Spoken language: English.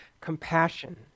compassion